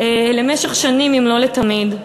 למשך שנים, אם לא לתמיד.